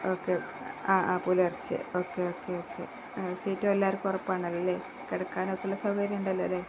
okay ആ ആ പുലര്ച്ചെ ഓക്കെ ഓക്കെ ഓക്കെ സീറ്റും എല്ലാവര്ക്കും ഉറപ്പാണല്ലോ അല്ലേ കിടക്കാനൊക്കെയുള്ള സൗകര്യമുണ്ടല്ലോ അല്ലേ